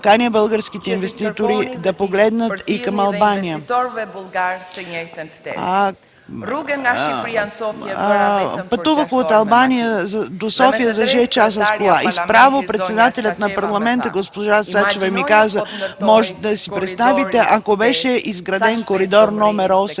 каня българските инвеститори да погледнат и към Албания. Пътувах от Албания до София за шест часа с кола. С право председателят на Парламента госпожа Цачева ми каза: „Можете да си представите, ако беше изграден Коридор № 8